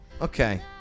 okay